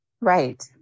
Right